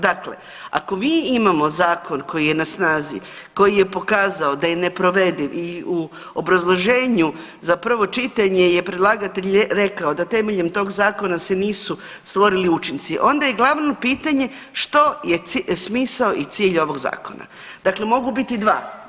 Dakle, ako mi imamo zakon koji je na snazi, koji je pokazao da je neprovediv i u obrazloženju za prvo čitanje je predlagatelj rekao da temeljem tog zakona se nisu stvorili učinci, onda je glavno pitanje što je smisao i cilj ovog zakona, dakle mogu biti dva.